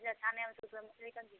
ई सभ मछली अच्छा नहि होइत छै